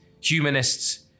humanists